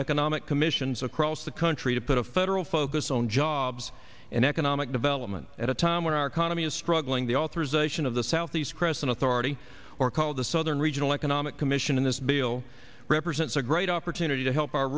economic commissions across the country to put a federal focus on jobs and economic development at a time when our economy is struggling the authorisation of the southeast crescent authority or called the southern regional economic commission in this bill represents a great opportunity to help our